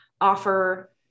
offer